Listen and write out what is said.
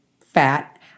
fat